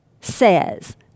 says